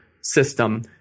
system